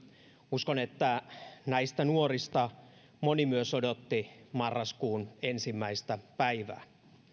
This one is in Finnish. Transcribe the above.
uskon että myös näistä nuorista moni odotti marraskuun ensimmäistä päivää